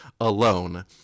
alone